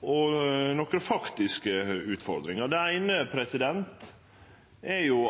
og nokre faktiske utfordringar. Det eine er